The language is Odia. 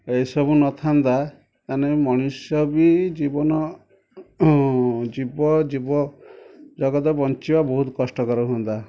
ଏ ସବୁ ନଥାନ୍ତା ତାହେନେ ମଣିଷ ବି ଜୀବନ ଜୀବ ଜୀବ ଜଗତ ବଞ୍ଚିବା ବହୁତ କଷ୍ଟକର ହୁଅନ୍ତା